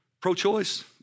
pro-choice